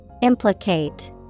Implicate